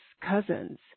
cousins